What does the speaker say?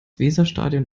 weserstadion